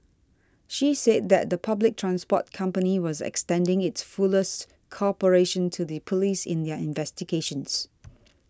she said that the public transport company was extending its fullest cooperation to the police in their investigations